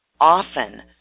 often